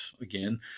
again